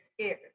scared